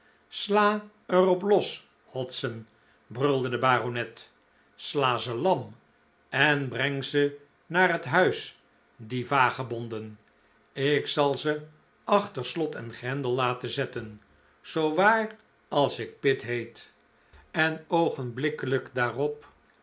sla er op los hodson brulde de baronet sla ze lam en breng ze naar het huis die vagebonden ik zal ze achter slot en grendel laten zetten zoo waar als ik pitt heet en